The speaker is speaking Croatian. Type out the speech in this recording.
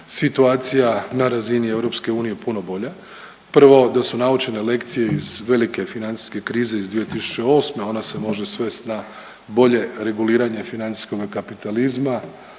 situacija na razini EU puno bolja, prvo da su naučene lekcije iz velike financijske krize iz 2008., ona se može svest na bolje reguliranje financijskog kapitalizma,